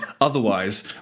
otherwise